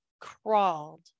crawled